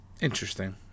interesting